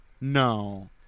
No